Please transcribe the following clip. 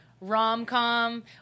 rom-com